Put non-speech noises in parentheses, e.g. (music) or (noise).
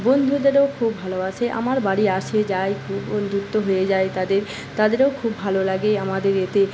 বন্ধুদেরও খুব ভালোবাসে আমার বাড়ি আসে যায় (unintelligible) বন্ধুত্ব হয়ে যায় তাদের তাদেরও খুব ভালো লাগে আমাদের এতে